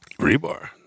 Rebar